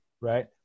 Right